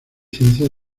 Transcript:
ciencias